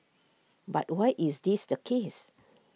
but why is this the case